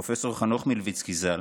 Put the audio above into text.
פרופ' חנוך מילביצקי, ז"ל,